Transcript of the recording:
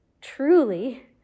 truly